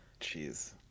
Jeez